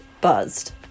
buzzed